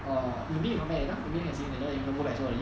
orh maybe you go back later maybe you see him maybe you don't go back so early